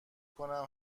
کنم